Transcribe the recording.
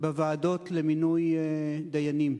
בוועדות למינוי דיינים?